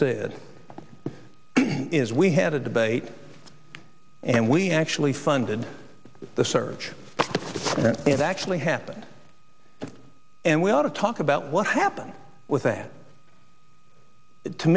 said is we had a debate and we actually funded the search it actually happened and we ought to talk about what happened with that to